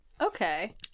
Okay